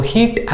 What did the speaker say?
Heat